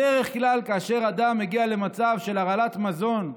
בדרך כלל, כאשר אדם מגיע למצב של הרעלת מזון,